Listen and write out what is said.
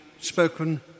spoken